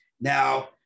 Now